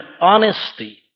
honesty